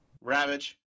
Ravage